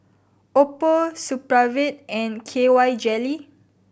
Oppo Supravit and K Y Jelly